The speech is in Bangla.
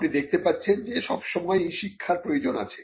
আপনি দেখতে পাচ্ছেন যে সবসময়ই শিক্ষার প্রয়োজন আছে